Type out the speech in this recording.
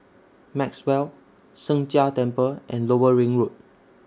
Maxwell Sheng Jia Temple and Lower Ring Road